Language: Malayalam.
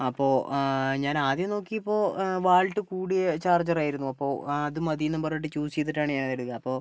അപ്പോൾ ഞാനാദ്യം നോക്കിയപ്പോൾ വാൾട്ട് കൂടിയ ചാർജറായിരുന്നു അപ്പോൾ അത് മതി എന്ന് പറഞ്ഞിട്ട് ചൂസ് ചെയ്തിട്ടാണ് ഞാനെടുത്തത് അപ്പോൾ